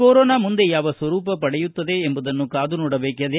corona ಮುಂದೆ ಯಾವ ಸ್ವರೂಪ ಪಡೆಯುತ್ತದೆ ಎಂಬುದನ್ನು ಕಾದು ನೋಡಬೇಕಿದೆ